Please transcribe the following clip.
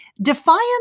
Defiance